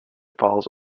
falls